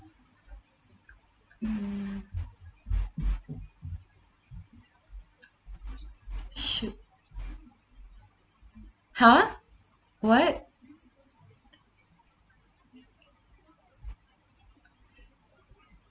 mm shit !huh! what